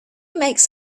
makes